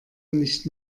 nicht